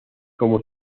como